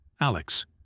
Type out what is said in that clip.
Alex